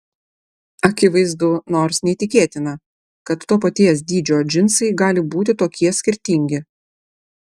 akivaizdu nors neįtikėtina kad to paties dydžio džinsai gali būti tokie skirtingi